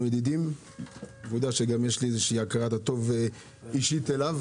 ידידים והוא יודע שגם יש לי הכרת הטוב אישית אליו